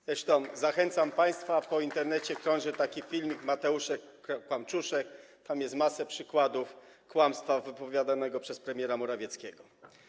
Zresztą zachęcam państwa, po Internecie krąży taki filmik „Mateuszek Kłamczuszek”, tam jest masę przykładów kłamstw wypowiadanych przez premiera Morawieckiego.